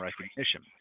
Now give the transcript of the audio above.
recognition